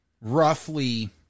roughly